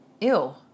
Ew